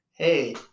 Hey